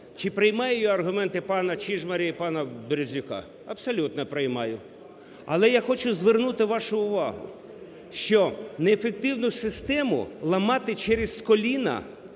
чи приймаю я аргументи пана Чижмаря і пана Березюка? Абсолютно приймаю. Але я хочу звернути вашу увагу, що не ефективну систему ламати через коліна